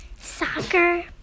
Soccer